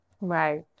right